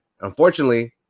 unfortunately